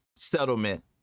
settlement